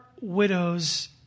widows